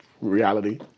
reality